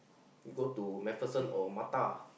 you go to MacPherson or Mattar